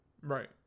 Right